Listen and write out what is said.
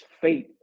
faith